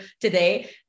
today